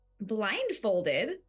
Blindfolded